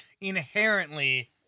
Inherently